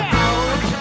out